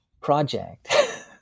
project